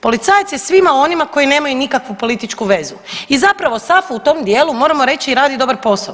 Policajac je svima onima koji nemaju nikakvu političku vezu i zapravo SAFU u tom dijelu moramo reći radi dobar posao.